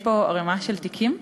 יש פה ערמה של תיקים,